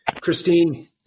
Christine